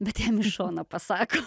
bet jam iš šono pasako